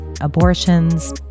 Abortions